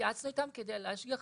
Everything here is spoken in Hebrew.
והתייעצנו איתם כדי להשגיח.